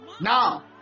Now